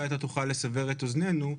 אולי אתה תוכל לסבר את אוזננו.